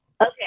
okay